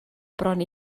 bron